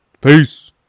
Peace